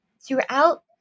throughout